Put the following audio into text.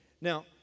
Now